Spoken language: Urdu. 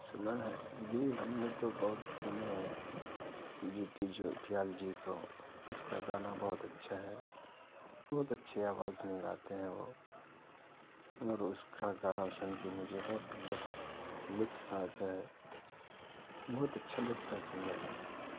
سنا ہے جی ہم نے تو بہت سنے ہیں جی ٹی جوٹیال جی کو اس کا گانا بہت اچھا ہے بہت اچھی آواز میں گاتے ہیں وہ اور اس کا گانا سن کے مجھے بہت لفط لطف آتا ہے بہت اچھا لگتا ہے سننے میں